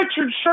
Richard